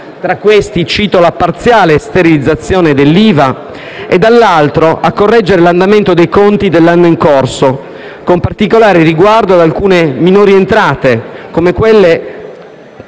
tra questi cito la parziale sterilizzazione dell'IVA - e, dall'altro, a correggere l'andamento dei conti dell'anno in corso, con particolare riguardo ad alcune minori entrate, come quelle